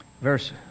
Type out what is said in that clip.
Verse